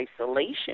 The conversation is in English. isolation